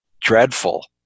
dreadful